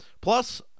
Plus